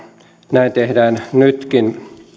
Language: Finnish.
näin tehdään nytkin